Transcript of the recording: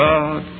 God